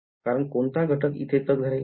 तर कोणता घटक इथे तग धरेल